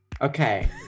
Okay